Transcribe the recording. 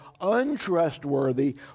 untrustworthy